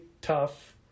tough